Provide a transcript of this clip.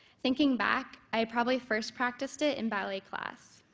thinking back, i probably first practiced it in ballet class.